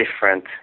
different